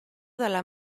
dalla